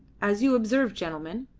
as you observe, gentlemen,